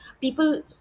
people